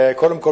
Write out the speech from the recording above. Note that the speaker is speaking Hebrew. קודם כול,